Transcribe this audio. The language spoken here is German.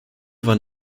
waren